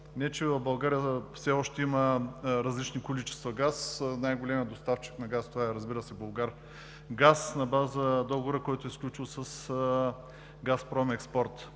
не че в България все още има различни количества газ. Най големият доставчик на газ, разбира се, е „Булгаргаз“, на база договора, който е сключил с „Газпром Експорт“.